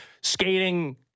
skating